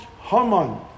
Haman